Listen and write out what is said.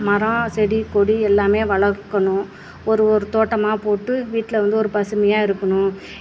மரம் செடி கொடி எல்லாமே வளர்க்கணும் ஒரு ஒரு தோட்டமாக போட்டு வீட்டில் வந்து ஒரு பசுமையாக இருக்கணும்